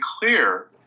clear